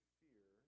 fear